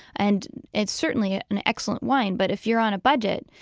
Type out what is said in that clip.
and it's certainly an excellent wine, but if you're on a budget,